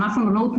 ענף המלונאות,